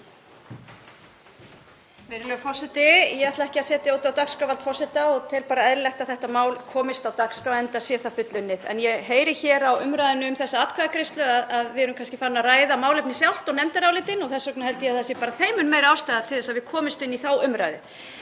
Virðulegur forseti. Ég ætla ekki að setja út á dagskrárvald forseta og tel eðlilegt að þetta mál komist á dagskrá enda er það fullunnið. En ég heyri hér á umræðunni um þessa atkvæðagreiðslu að við erum farin að ræða málefnið sjálft og nefndarálitin og þess vegna held ég að það sé þeim mun meiri ástæða til þess að við komumst í þá umræðu.